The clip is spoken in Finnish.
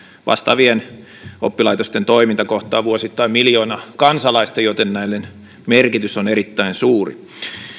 vastaavien oppilaitosten toiminta kohtaa vuosittain miljoona kansalaista joten näiden merkitys on erittäin suuri